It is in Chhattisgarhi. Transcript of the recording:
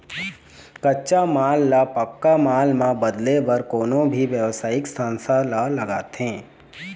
कच्चा माल ल पक्का माल म बदले बर कोनो भी बेवसायिक संस्था ल लागथे